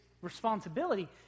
responsibility